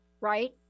right